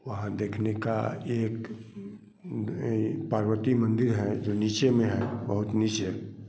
वहाँ देखने का एक एक पार्वती मंदिर हैं जो नीचे में हैं बहुत नीचे